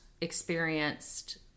experienced